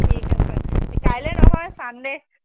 ঠিক আছে কাইলৈ নহয় ছানডে'